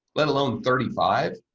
let alone thirty five,